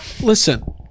listen –